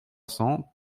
cents